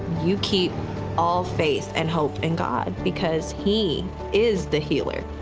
you keep all faith and hope in god because he is the healer.